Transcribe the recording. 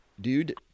dude –